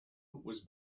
was